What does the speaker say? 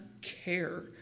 care